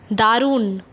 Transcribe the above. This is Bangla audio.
দারুণ